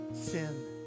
sin